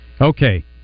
okay